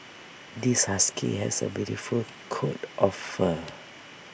this husky has A beautiful coat of fur